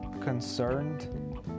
concerned